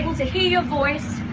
to hear your voice.